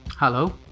Hello